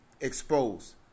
exposed